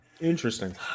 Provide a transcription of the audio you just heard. Interesting